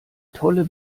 tolle